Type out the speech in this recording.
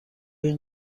این